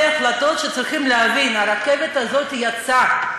החלטות שצריכים להבין: הרכבת הזאת יצאה.